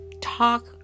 talk